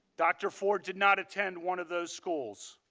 dr. ford did not attend one of those schools.